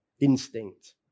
instinct